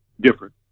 different